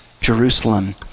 Jerusalem